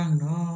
no